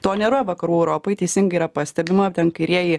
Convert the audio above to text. to nėra vakarų europoj teisingai yra pastebima ten kairieji